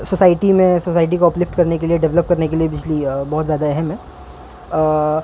society میں society کو uplift کرنے کے لیے ڈیولپ کرنے کے لیے بجلی بہت زیادہ اہم ہے